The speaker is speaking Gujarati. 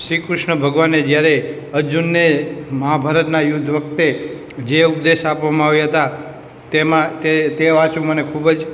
શ્રી કૃષ્ણ ભગવાને જયારે અર્જુનને મહાભારતના યુદ્ધ વખતે જે ઉપદેશ આપવામાં આવ્યા હતા તેમાં તે તે વાંચવું મને ખૂબ જ